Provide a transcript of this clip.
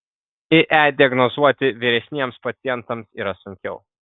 ie diagnozuoti vyresniems pacientams yra sunkiau